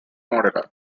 modular